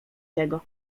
tego